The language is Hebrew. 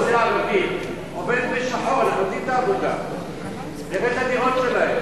רוב האוכלוסייה הערבית עובדת ב"שחור" תראה את הדירות שלהם,